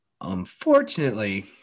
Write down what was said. Unfortunately